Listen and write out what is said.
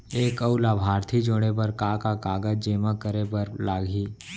एक अऊ लाभार्थी जोड़े बर का का कागज जेमा करे बर लागही?